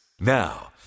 Now